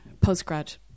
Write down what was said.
postgrad